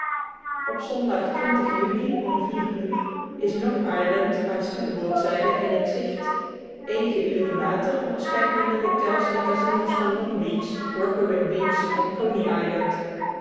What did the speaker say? op zondag juli om vier uur is long island aan stuurboordzijde in t zicht eenige uren later onderscheidt men de hotels en casino's van long beach rockaway beach en